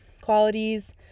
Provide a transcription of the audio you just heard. qualities